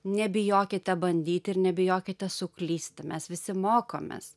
nebijokite bandyti ir nebijokite suklysti mes visi mokomės